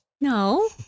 No